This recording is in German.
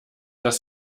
dass